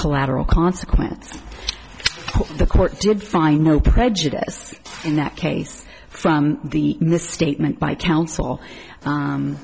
collateral consequence the court did find no prejudice in that case from the misstatement by coun